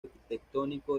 arquitectónico